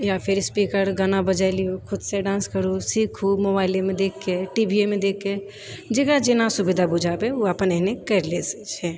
या फिर स्पीकर गाना बजाय लिउ खुदसे डान्स करु सीखू मोबाइलमे देखिके टी वी मे देखिके जेकरा जेना सुविधा बुझाबय ओ अपन ओहने करि लए छै